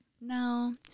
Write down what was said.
No